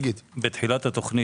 בתחילת התוכנית